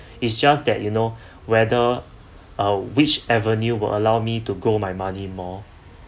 it's just that you know whether uh whichever new will allow me to grow my money more